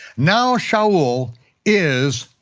now shaul is